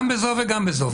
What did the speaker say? גם בזו וגם בזו.